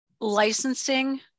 licensing